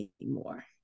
anymore